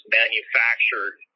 manufactured